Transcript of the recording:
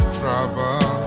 trouble